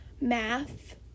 math